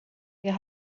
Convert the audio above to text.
wir